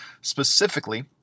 Specifically